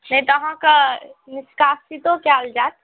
नहि तऽ अहाँक निष्कासितो कयल जाएत